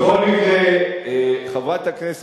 בכל מקרה,